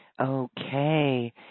Okay